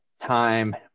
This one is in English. time